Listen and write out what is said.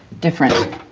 different,